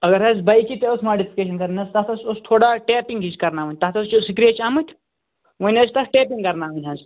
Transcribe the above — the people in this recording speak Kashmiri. اگر حظ برٛیکہِ تہِ ٲس ماڈفِکیشن کرٕنۍ حظ تَتھ سس ٲس تھوڑا ٹٮ۪پنٛگ ہِش کَرناوٕنۍ تَتھ حظ چھِ سِکریچ آمٕتۍ وَنہِ حظ چھِ تتھ ٹیپنٛگ کَرناوٕنۍ حظ